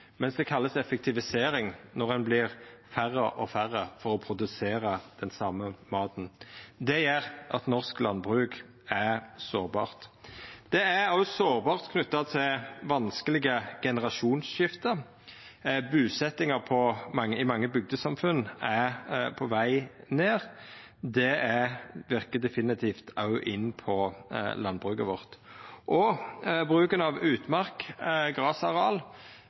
mens det kallast effektivisering når ein vert færre og færre for å produsera den same maten. Det gjer at norsk landbruk er sårbart. Det er òg sårbart knytt til vanskelege generasjonsskifte. Busetjinga i mange bygdesamfunn er på veg ned. Det verkar definitivt inn på landbruket vårt. Det same gjeld bruken av utmark, grasareal.